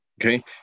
Okay